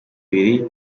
ibiri